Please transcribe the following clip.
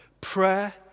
Prayer